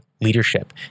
leadership